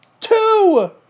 two